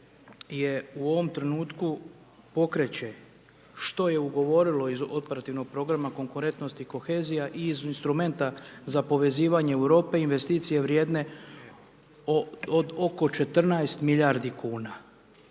u ovom trenutku pokreće što je ugovorilo iz operativnog programa konkurentnosti kohezija i iz instrumenta za povezivanje Europe investicije vrijedne od oko 14 milijardi kuna.